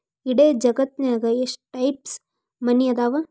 ಇಡೇ ಜಗತ್ತ್ನ್ಯಾಗ ಎಷ್ಟ್ ಟೈಪ್ಸ್ ಮನಿ ಅದಾವ